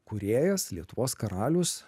kūrėjas lietuvos karalius